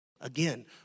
Again